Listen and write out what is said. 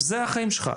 אלה החיים שלך.